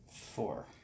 four